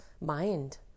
mind